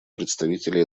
представителя